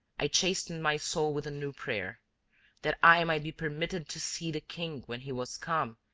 i chastened my soul with a new prayer that i might be permitted to see the king when he was come,